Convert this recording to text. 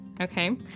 Okay